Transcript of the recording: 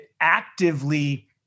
actively